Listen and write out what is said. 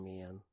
Man